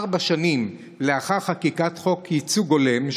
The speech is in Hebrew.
ארבע שנים לאחר חקיקת חוק ייצוג הולם,